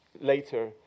later